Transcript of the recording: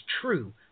true